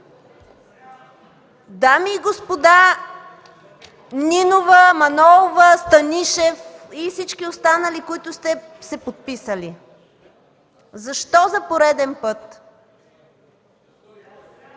Дами и господа Нинова, Манолова, Станишев и всички останали, които сте се подписали! Защо за пореден път